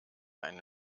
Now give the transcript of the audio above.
einen